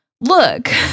look